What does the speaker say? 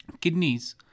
kidneys